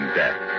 death